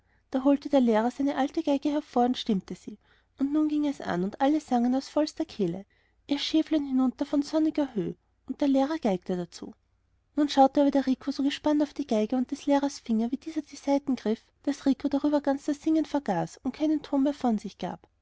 da holte der lehrer seine alte geige hervor und stimmte sie und nun ging es an und alle sangen aus voller kehle ihr schäflein hinunter von sonniger höh und der lehrer geigte dazu nun schaute aber der rico so gespannt auf die geige und des lehrers finger wie dieser die saiten griff daß rico darüber ganz das singen vergaß und keinen ton mehr von sich gab